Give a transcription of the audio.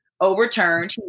overturned